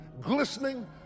glistening